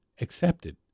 accepted